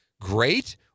great